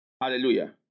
Hallelujah